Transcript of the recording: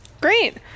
Great